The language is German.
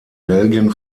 belgien